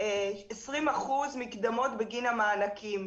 20% מקדמות בגין המענקים.